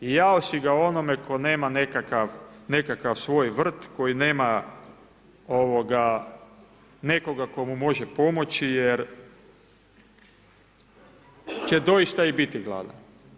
I jao si ga onome tko nema nekakav svoj vrt, koji nema nekoga tko mu može pomoći jer će doista i biti gladan.